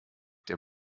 der